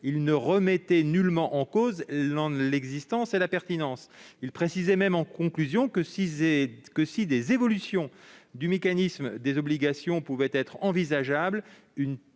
il n'en remettait nullement en cause l'existence et la pertinence. Il précisait même, en conclusion, que si des évolutions du mécanisme des obligations peuvent être envisageables,